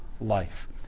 life